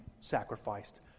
sacrificed